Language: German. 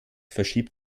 verschiebt